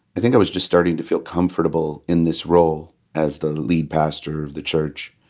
i think i was just starting to feel comfortable in this role as the lead pastor of the church.